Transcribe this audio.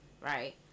Right